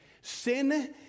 Sin